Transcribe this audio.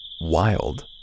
wild